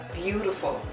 beautiful